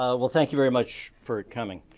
well well thank you very much for coming.